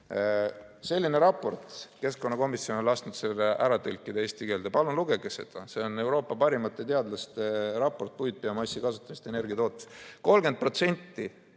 On üks raport, keskkonnakomisjon on lasknud selle tõlkida eesti keelde, palun lugege seda. See on Euroopa parimate teadlaste raport puitbiomassi kasutamisest energia tootmises.